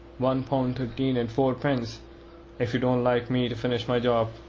one pound thirteen and fourpence if you don't like me to finish my job.